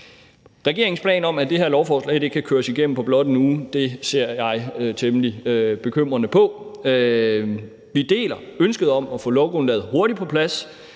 Regeringens plan om, at det her lovforslag kan køres igennem på blot 1 uge, ser jeg temmelig bekymret på. Vi deler ønsket om at få lovgrundlaget hurtigt på plads,